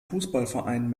fußballverein